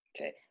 okay